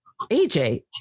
AJ